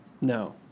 No